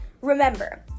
remember